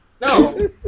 No